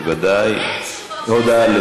תודה.